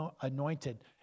anointed